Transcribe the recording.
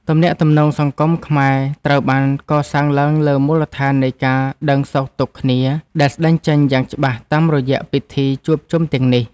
ទំនាក់ទំនងសង្គមខ្មែរត្រូវបានកសាងឡើងលើមូលដ្ឋាននៃការដឹងសុខទុក្ខគ្នាដែលស្តែងចេញយ៉ាងច្បាស់តាមរយៈពិធីជួបជុំទាំងនេះ។